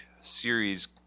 series